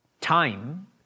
time